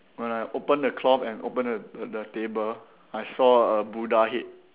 when I open the cloth and open the the table I saw a Buddha head